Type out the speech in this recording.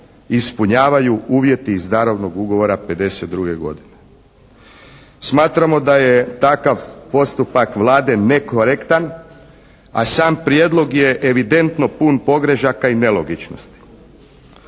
ispunjavaju uvjeti iz darovnog ugovora '52. godine. Smatramo da je takav postupak Vlade nekorektan. A sam prijedlog je evidentno pun pogrešaka i nelogičnosti.